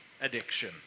addiction